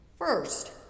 First